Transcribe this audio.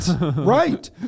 right